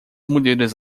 mulheres